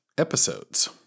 episodes